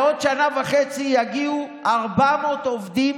ובעוד שנה וחצי יגיעו 400 עובדים